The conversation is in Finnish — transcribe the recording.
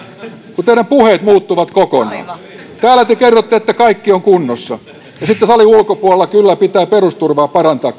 kun teidän puheenne muuttuvat kokonaan täällä te kerrotte että kaikki on kunnossa ja sitten salin ulkopuolella kyllä pitää perusturvaa parantaa